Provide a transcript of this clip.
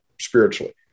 spiritually